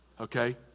Okay